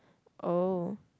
oh